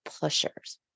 pushers